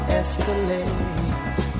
escalate